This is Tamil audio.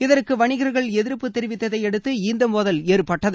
இதற்கு வணிகர்கள் எதிர்ப்பு தெரிவித்ததையடுத்து இந்த மோதல் ஏற்பட்டது